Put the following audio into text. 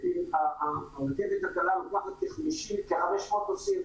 הרכבת הקלה לוקחת כ-500 נוסעים,